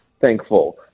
thankful